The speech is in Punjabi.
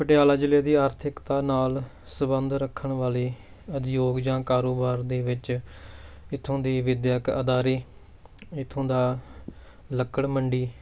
ਪਟਿਆਲਾ ਜ਼ਿਲ੍ਹੇ ਦੀ ਆਰਥਿਕਤਾ ਨਾਲ ਸੰਬੰਧ ਰੱਖਣ ਵਾਲੇ ਉਦਯੋਗ ਜਾਂ ਕਾਰੋਬਾਰ ਦੇ ਵਿੱਚ ਇੱਥੋਂ ਦੇ ਵਿੱਦਿਅਕ ਅਦਾਰੇ ਇੱਥੋਂ ਦਾ ਲੱਕੜ ਮੰਡੀ